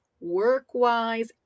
work-wise